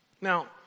Now